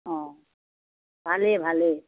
অঁ ভালেই ভালেই